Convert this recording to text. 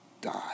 die